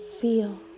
feel